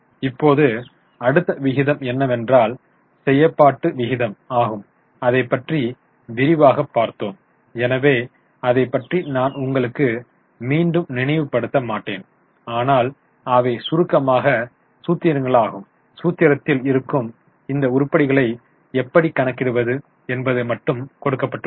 இப்போது அடுத்த விகிதம் என்னவென்றால் செயல்பாட்டு விகிதம் ஆகும் அதை பற்றி விரிவாக பார்த்தோம் எனவே அதை பற்றி நான் உங்களுக்கு மீண்டும் நினைவு படுத்த மாட்டேன் ஆனால் அவை சுருக்கமாக சூத்திரங்களாகும் சூத்திரத்தில் இருக்கும் இந்த உருப்படிகளை எப்படி கண்டுபிடிப்பது என்பது மட்டுமே கொடுக்கப்பட்டுள்ளது